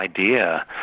idea